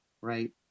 right